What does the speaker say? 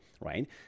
right